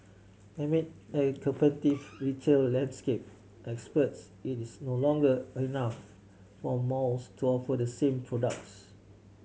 amid a competitive retail landscape experts it is no longer enough for malls to offer the same products